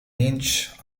inch